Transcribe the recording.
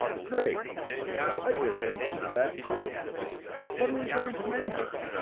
great i'd been thinking of that too what are we going to name her?